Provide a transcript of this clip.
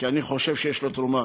כי אני חושב שיש לו תרומה.